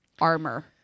armor